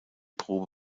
probe